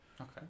Okay